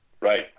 right